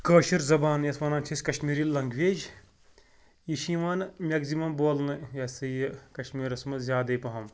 کٲشِر زبان یَتھ وَنان چھِ أسۍ کشمیٖری لنٛگویج یہِ چھِ یِوان مٮ۪کزِمَم بولنہٕ یہِ ہَسا یہِ کشمیٖرَس منٛز زیادَے پَہم